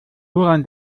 woran